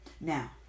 Now